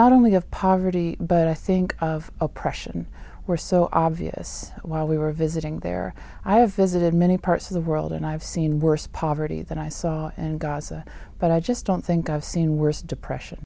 not only of poverty but i think of oppression where so obvious while we were visiting there i have visited many parts of the world and i have seen worse poverty than i saw in gaza but i just don't think i've seen worse depression